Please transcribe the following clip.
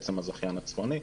בעצם הזכיין הצפוני,